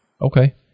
Okay